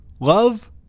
love